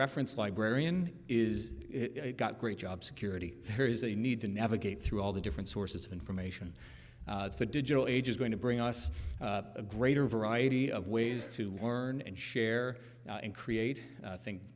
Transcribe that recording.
reference librarian is it got great job security there is a need to navigate through all the different sources of information the digital age is going to bring us a greater variety of ways to learn and share and create thing